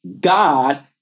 God